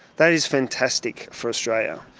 that is fantastic for australia.